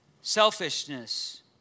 selfishness